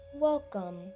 Welcome